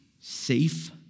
safe